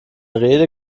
rede